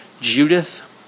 Judith